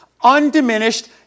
undiminished